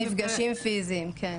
מפגשים פיזיים, כן.